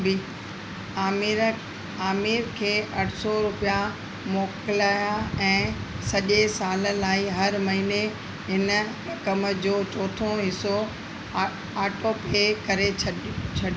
आमिर आमिर खे अठ सौ रुपिया मोकिलिया ऐं सॼे साल लाइ हर महिने इन रक़म जो चोथों हिसो आहे ऑटोपे करे छॾियो